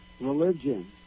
religion